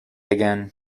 again